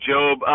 Job